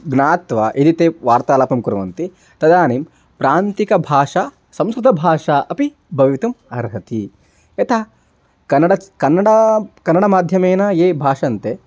ज्ञात्वा यदि ते वार्तालापं कुर्वन्ति तदानीं प्रान्तीयभाषा संस्कृतभाषा अपि भवितुम् अर्हति यथा कन्डच् कन्नडं कन्नडमाध्यमेन ये भाषन्ते